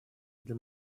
для